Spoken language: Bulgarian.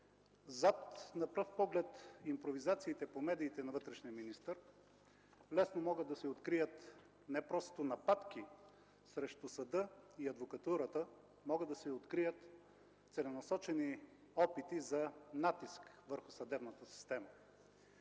Зад, на пръв поглед, импровизациите по медиите на вътрешния министър, лесно могат да се открият не просто нападки срещу съда и адвокатурата, могат да се открият целенасочени опити за натиск върху съдебната система,